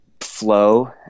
flow